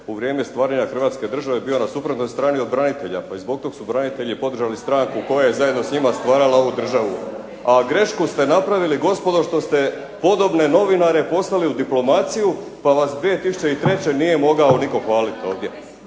u vrijeme stvaranja hrvatske države bio na suprotnoj strani od branitelja, pa i zbog tog su branitelji podržali stranku koja je zajedno s njima stvarala ovu državu. A grešku ste napravili gospodo što ste podobne novinare poslali u diplomaciju pa vas 2003. nije mogao nitko hvaliti ovdje,